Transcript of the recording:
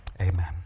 amen